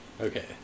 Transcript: Okay